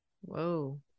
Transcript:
Whoa